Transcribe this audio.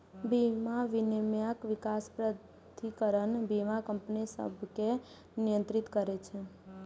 बीमा विनियामक विकास प्राधिकरण बीमा कंपनी सभकें नियंत्रित करै छै